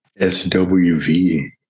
SWV